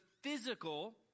Physical